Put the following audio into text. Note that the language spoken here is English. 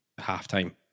halftime